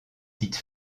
dite